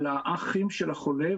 על האחים של החולה,